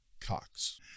Cox